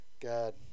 God